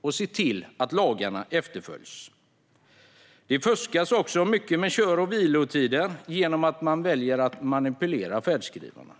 och se till att lagarna efterlevs. Det fuskas mycket med kör och vilotider genom att man väljer att manipulera färdskrivaren.